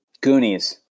Goonies